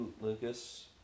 Lucas